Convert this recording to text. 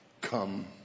come